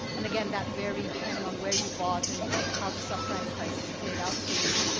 and, again, that varied, depending on where you bought and how the subprime prices played out for you.